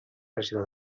regidor